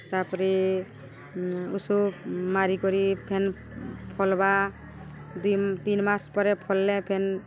ତା'ପରେ ଉଷୋ ମାରିିକରି ଫେନ୍ ଫଲ୍ବା ଦୁଇ ତିନି ମାସ୍ ପରେ ଫଲ୍ଲେ ଫେନ୍